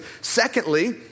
Secondly